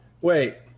Wait